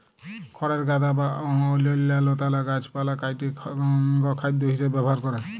খড়ের গাদা বা অইল্যাল্য লতালা গাহাচপালহা কাইটে গখাইদ্য হিঁসাবে ব্যাভার ক্যরে